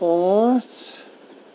پانٛژھ